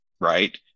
right